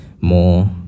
more